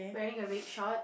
wearing a red short